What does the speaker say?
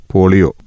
Polio